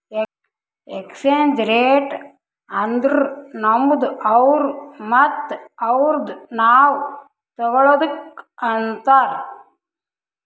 exchange rate ಅಂದುರ್ ನಮ್ದು ಅವ್ರು ಮತ್ತ ಅವ್ರುದು ನಾವ್ ತಗೊಳದುಕ್ ಅಂತಾರ್